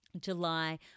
July